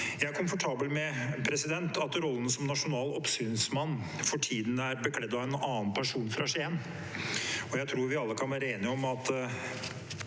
Jeg er komfortabel med at rollen som nasjonal oppsynsmann for tiden er bekledd av en annen person fra Skien. Jeg tror vi alle kan være enige om at